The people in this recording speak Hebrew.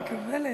מקבלת.